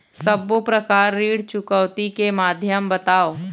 सब्बो प्रकार ऋण चुकौती के माध्यम बताव?